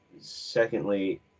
Secondly